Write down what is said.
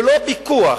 ללא פיקוח,